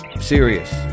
serious